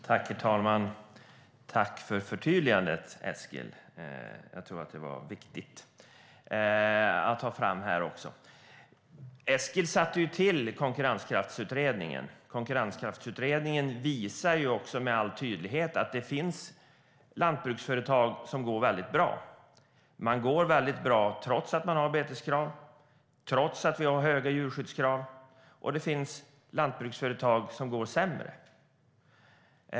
Herr talman! Tack för förtydligandet, Eskil! Jag tror att det var viktigt att göra. Eskil tillsatte ju Konkurrenskraftsutredningen. Den visar med all tydlighet att det finns lantbruksföretag som går väldigt bra, trots beteskrav och höga djurskyddskrav, och att det finns lantbruksföretag som går sämre.